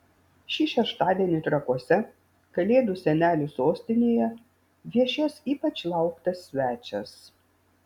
šį šeštadienį trakuose kalėdų senelių sostinėje viešės ypač lauktas svečias